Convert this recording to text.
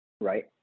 right